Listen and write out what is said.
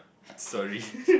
sorry